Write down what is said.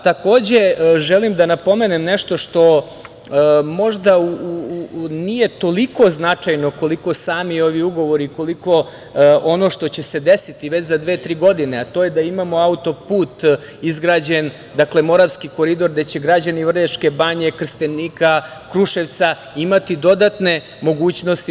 Takođe, želim da napomenem nešto što možda nije toliko značajno koliko sami ovi ugovori, koliko ono što će se desiti već za dve-tri godine, a to je da imamo izgrađen auto-put, Moravski koridor, gde će građani Vrnjačke Banje, Trstenika, Kruševca, imati dodatne mogućnosti.